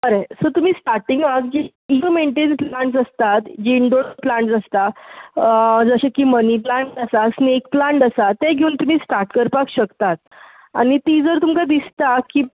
बरें सर तुमी स्टार्टिंगाक इजी टू मैनटैन जी प्लाण्ट्स आसतात जीं इनडोर प्लाण्ट्स आसता जशें की मनी प्लाण्ट आसा स्नेक प्लाण्ट आसा तें घेवून तुमी स्टार्ट करपाक शकतात आनी ती जर तुमकां दिसता की